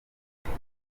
inka